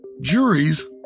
Juries